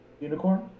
Unicorn